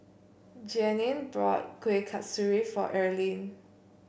Jeannine bought Kueh Kasturi for Earlean